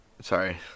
Sorry